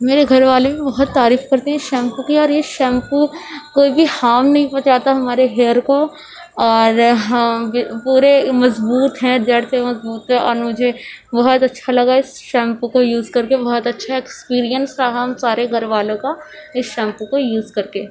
میرے گھر والے بھی بہت تعریف کرتے ہیں اس شیمپو کی اور یہ شیمپو کوئی بھی ہارم نہیں پہنچاتا ہمارے ہیئر کو اور ہم پورے مضبوط ہیں جڑ سے مضبوط ہے اور مجھے بہت اچھا لگا اس شیمپو کو یوز کر کے بہت اچھا ایکسپرئنس رہا ہم سارے گھر والوں کا اس شیمپو کو یوز کر کے